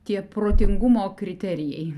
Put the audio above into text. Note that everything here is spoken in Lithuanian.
tie protingumo kriterijai